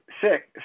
six